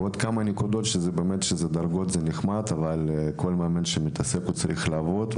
עוד כמה נקודות: כל מאמן שמתעסק בכך צריך לעבוד,